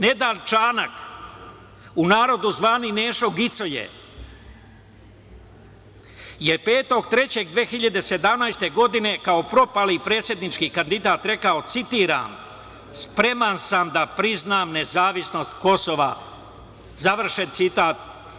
Nenad Čanak, u narodu zvani Nešo gicoje, je 05. marta 2017. godine, kao propali predsednički kandidat rekao, citiram: "Spreman sam da priznam nezavisnost Kosova." Završen citat.